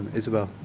isabel.